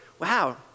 wow